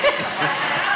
מדי.